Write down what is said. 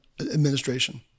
administration